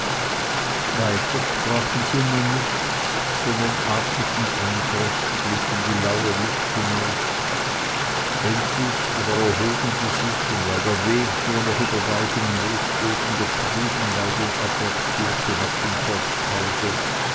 weiter sprachen sie nun nichts sondern atmeten einträchtiglich in die laue luft hinaus endlich aber erhoben sie sich und weil der weg nur noch über weichen moosboden durch die buchenwaldung abwärts führte nach dem forsthause